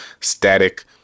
static